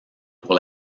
pour